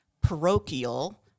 parochial